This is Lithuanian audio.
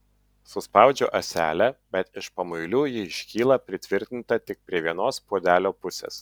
suspaudžiu ąselę bet iš pamuilių ji iškyla pritvirtinta tik prie vienos puodelio pusės